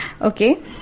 Okay